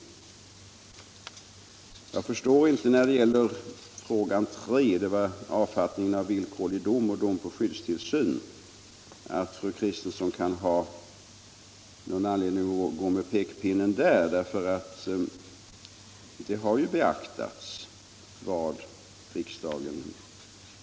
När det gäller den tredje frågan, som avser avfattningen av villkorlig dom och dom om skyddstillsyn, kan jag inte förstå att fru Kristensson kan ha någon anledning att gå med pekpinnen. Vad riksdagen och utskottet här har begärt har ju beaktats.